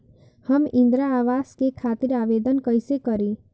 हम इंद्रा अवास के खातिर आवेदन कइसे करी?